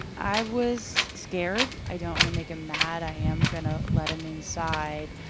i was scared. i don't want to make him mad. i am going to let him inside.